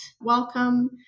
welcome